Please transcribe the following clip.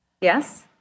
Yes